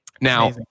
now